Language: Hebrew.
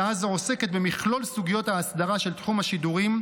הצעה זו עוסקת במכלול סוגיות האסדרה של תחום השידורים,